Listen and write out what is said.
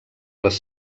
les